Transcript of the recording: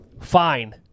Fine